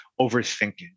Overthinking